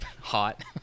hot